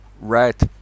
Right